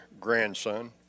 grandson